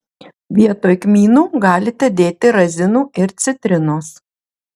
vietoj kmynų galite dėti razinų ir citrinos